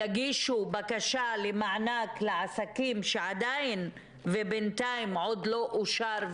יגישו בקשה למענק לעסקים שעדיין ובינתיים עוד לא אושר,